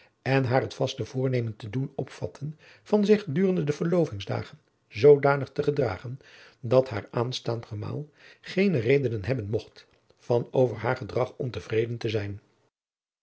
en haar het vaste voornemen te doen opvatten van zich gedurende de verlovingsdagen zoodanig te gedragen dat haar aanstaande gemaal geene redenen hebben mocht van over haar gedrag ontevreden te zijn